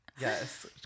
Yes